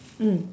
mm